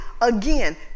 again